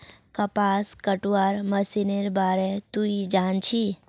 कपास कटवार मशीनेर बार तुई जान छि